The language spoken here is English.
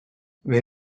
where